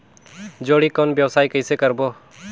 जोणी कौन व्यवसाय कइसे करबो?